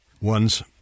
ones